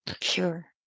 Sure